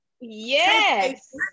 Yes